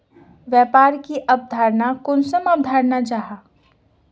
व्यापार की अवधारण कुंसम अवधारण जाहा?